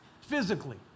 physically